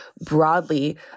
broadly